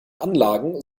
anlagen